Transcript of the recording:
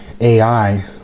AI